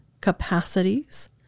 capacities